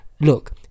Look